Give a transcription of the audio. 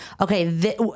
okay